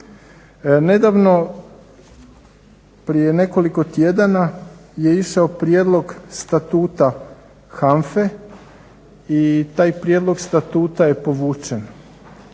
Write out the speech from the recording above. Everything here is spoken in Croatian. Nedavno prije nekoliko tjedana je išao prijedlog Statuta HANFA-e i taj prijedlog statuta je povučen